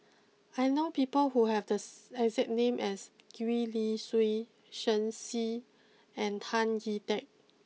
I know people who have the exact name as Gwee Li Sui Shen Xi and Tan Chee Teck